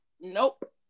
Nope